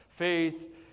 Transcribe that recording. Faith